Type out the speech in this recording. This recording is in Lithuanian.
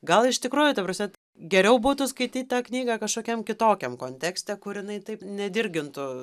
gal iš tikrųjų ta prasme geriau būtų skaityt tą knygą kažkokiam kitokiam kontekste kur jinai taip nedirgintų